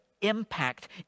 impact